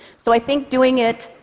so i think doing it,